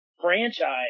franchise